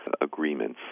Agreements